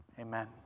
Amen